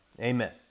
Amen